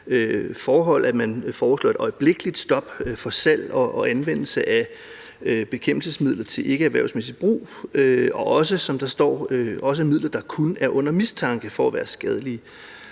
forhold, at man foreslår et øjeblikkeligt stop for salg og anvendelse af bekæmpelsesmidler til ikkeerhvervsmæssig brug og også, som der står, midler, der kun er under mistanke for at være skadelige.